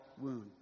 wound